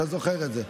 אתה זוכר את זה.